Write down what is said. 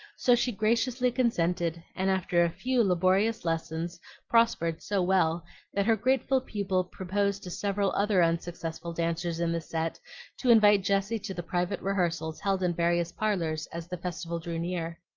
so she graciously consented, and after a few laborious lessons prospered so well that her grateful pupil proposed to several other unsuccessful dancers in the set to invite jessie to the private rehearsals held in various parlors as the festival drew near.